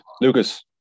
Lucas